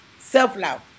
self-love